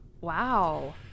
Wow